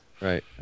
Right